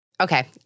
Okay